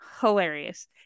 hilarious